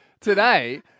today